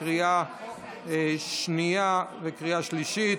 לקריאה שנייה וקריאה שלישית.